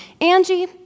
Angie